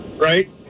right